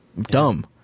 dumb